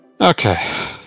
Okay